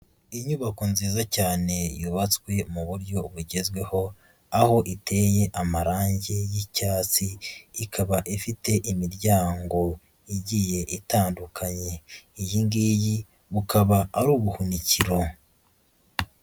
Inyubako nziza cyane yubatswe mu buryo bugezweho, aho iteye amarangi y'icyatsi, ikaba ifite imiryango igiye itandukanye, iyi ngiyi bukaba ari ubuhunikiro.